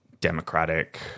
democratic